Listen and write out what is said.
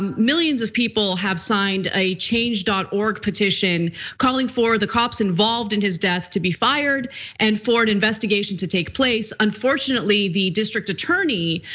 um millions of people have signed a change dot org petition calling for the cops involved in his death to be fired and for an investigation to take place. unfortunately, the district attorney,